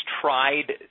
tried